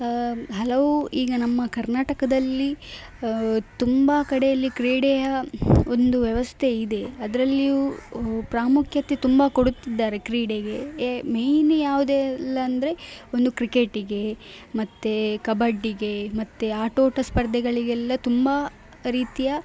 ಹಲವು ಈಗ ನಮ್ಮ ಕರ್ನಾಟಕದಲ್ಲಿ ತುಂಬ ಕಡೆಯಲ್ಲಿ ಕ್ರೀಡೆಯ ಒಂದು ವ್ಯವಸ್ಥೆ ಇದೆ ಅದರಲ್ಯೂ ಪ್ರಾಮುಖ್ಯತೆ ತುಂಬ ಕೊಡುತ್ತಿದ್ದಾರೆ ಕ್ರೀಡೆಗೆ ಎ ಮೈನ್ ಯಾವುದೆಲ್ಲಂದ್ರೆ ಒಂದು ಕ್ರಿಕೆಟ್ಟಿಗೆ ಮತ್ತು ಕಬಡ್ಡಿಗೆ ಮತ್ತು ಆಟೋಟ ಸ್ಪರ್ಧೆಗಳಿಗೆಲ್ಲ ತುಂಬ ರೀತಿಯ